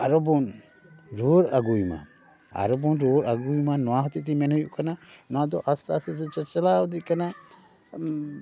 ᱟᱨᱚ ᱵᱚᱱ ᱨᱩᱭᱟᱹᱲ ᱟᱹᱜᱩᱭ ᱢᱟ ᱟᱨᱚᱵᱚᱱ ᱨᱩᱭᱟᱹᱲ ᱟᱹᱜᱩᱭᱼᱢᱟ ᱱᱚᱣᱟ ᱦᱚᱛᱮ ᱛᱮᱧ ᱢᱮᱱ ᱦᱩᱭᱩᱜ ᱠᱟᱱᱟ ᱱᱚᱣᱟ ᱫᱚ ᱟᱥᱛᱮ ᱟᱥᱛᱮᱼᱛᱮ ᱪᱟᱞᱟᱣ ᱤᱫᱤᱜ ᱠᱟᱱᱟ